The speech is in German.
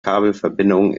kabelverbindungen